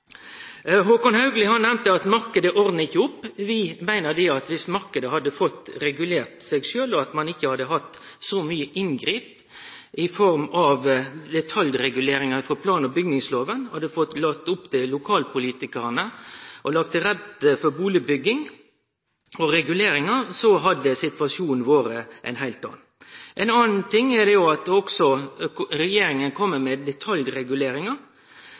at marknaden ikkje ordnar opp. Vi meiner at dersom marknaden hadde fått regulert seg sjølv, at ein ikkje hadde hatt så mange inngrep i form av detaljreguleringar frå plan- og bygningsloven, at lokalpolitikarane kunne leggje til rette for bustadbygging og reguleringar, hadde situasjonen vore ein heilt annan. Ein annan ting er at regjeringa kjem med detaljreguleringar som medfører at bustadene blir dyrare å byggje. Det gjeld kanskje spesielt små bustader med